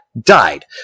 died